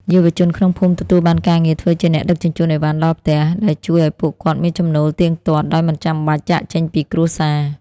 យុវជនក្នុងភូមិទទួលបានការងារធ្វើជាអ្នកដឹកជញ្ជូនអីវ៉ាន់ដល់ផ្ទះ ដែលជួយឱ្យពួកគាត់មានចំណូលទៀងទាត់ដោយមិនចាំបាច់ចាកចេញពីគ្រួសារ។